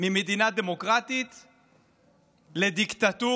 ממדינה דמוקרטית לדיקטטורה.